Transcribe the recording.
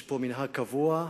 יש פה מנהג קבוע: